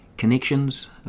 connections